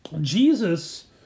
Jesus